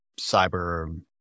cyber